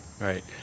Right